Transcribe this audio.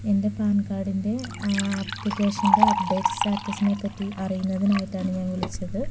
എൻ്റെ പാൻ കാഡിൻ്റെ ആപ്ലിക്കേഷൻ്റെ അപ്ഡേറ്റ് സ്റ്റാറ്റസിനെപ്പറ്റി അറിയുന്നതിനായിട്ടാണ് ഞാൻ വിളിച്ചത്